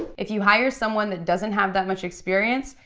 if you hire someone that doesn't have that much experience,